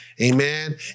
Amen